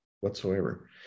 whatsoever